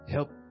Help